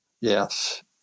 yes